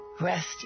Rest